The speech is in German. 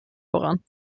voran